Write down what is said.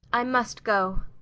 i must go.